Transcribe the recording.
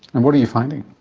and what are you finding?